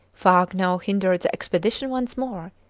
fog now hindered the expedition once more,